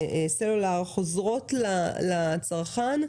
סלולר חוזרות לצרכן,